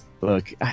Look